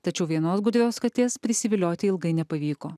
tačiau vienos gudrios katės prisivilioti ilgai nepavyko